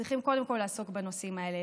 צריכים קודם כול לעסוק בנושאים אלה,